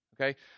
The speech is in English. okay